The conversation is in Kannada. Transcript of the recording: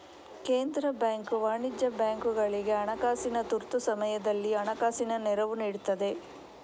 ಕೇಂದ್ರ ಬ್ಯಾಂಕು ವಾಣಿಜ್ಯ ಬ್ಯಾಂಕುಗಳಿಗೆ ಹಣಕಾಸಿನ ತುರ್ತು ಸಮಯದಲ್ಲಿ ಹಣಕಾಸಿನ ನೆರವು ನೀಡ್ತದೆ